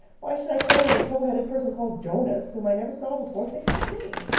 why should i care what a tow-haired person called jonas, whom i never saw before thinks of me?